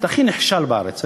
הכי נחשל בארץ.